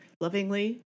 Lovingly